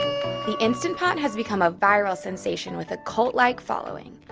the instant pot has become a viral sensation with a cult-like following.